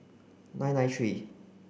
nine nine three